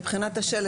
מבחינת השלט,